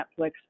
netflix